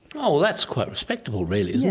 oh well that's quite respectable really, isn't